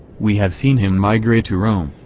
we have seen him migrate to rome,